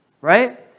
right